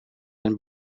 and